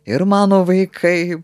ir mano vaikai